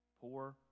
Poor